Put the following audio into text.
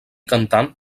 cantant